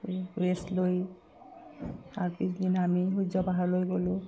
rest লৈ তাৰ পিছদিনা আমি সূৰ্য পাহাৰলৈ গ'লোঁ